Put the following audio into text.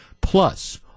Plus